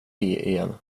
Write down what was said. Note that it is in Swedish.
igen